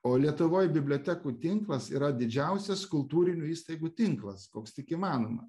o lietuvoj bibliotekų tinklas yra didžiausias kultūrinių įstaigų tinklas koks tik įmanoma